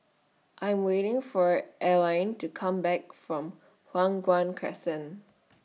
I Am waiting For Arline to Come Back from Hua Guan Crescent